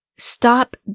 Stop